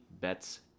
bets